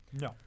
No